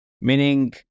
meaning